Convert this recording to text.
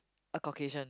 a Caucasian